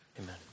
Amen